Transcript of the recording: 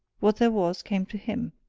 what there was came to him.